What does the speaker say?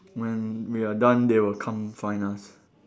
when we are done they will come find us